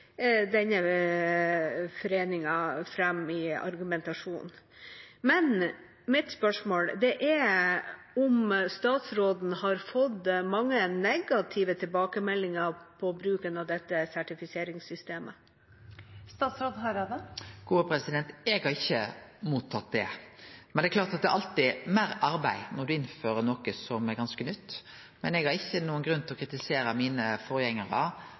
om statsråden har fått mange negative tilbakemeldinger om bruken av dette sertifiseringssystemet. Eg har ikkje mottatt det. Det er klart at det alltid er meir arbeid når me innfører noko som er ganske nytt, men eg har ikkje nokon grunn til å kritisere forgjengarane mine